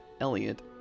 Elliot